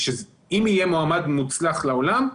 אם יהיה מועמד מוצלח לעולם,